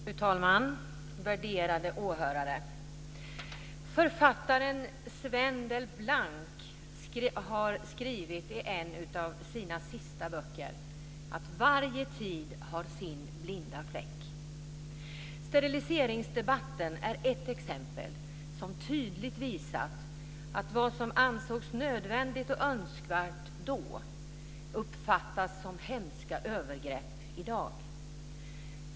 Fru talman! Värderade åhörare! Författaren Sven Delblanc har skrivit i en av sina sista böcker att varje tid har sin blinda fläck. Steriliseringsdebatten är ett exempel som tydligt visat att vad som ansågs nödvändigt och önskvärt då uppfattas som hemska övergrepp i dag.